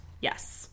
yes